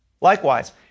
Likewise